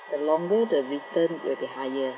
see the longer the return will be higher